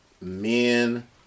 men